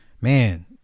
man